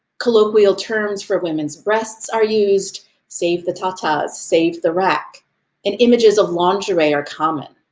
colloquial terms for women's breasts are used save the tatas, save the rack and images of lingerie are common,